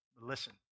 listen